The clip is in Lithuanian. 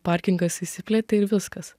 parkingas išsiplėtė ir viskas